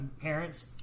parents